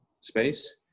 space